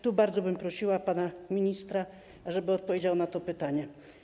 Tu bardzo bym prosiła pana ministra, żeby odpowiedział na to pytanie.